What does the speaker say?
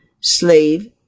slave